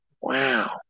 Wow